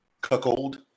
Cuckold